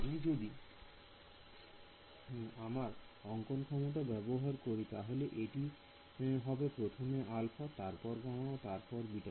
আমি যদি আমার অংকন ক্ষমতা ব্যবহার করি তাহলে এটি হবে প্রথমে আলফা তারপর গামা ও তারপর বিটা